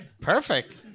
Perfect